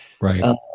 Right